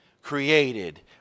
created